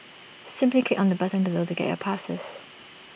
simply click on the button below to get your passes